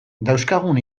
dauzkagun